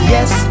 Yes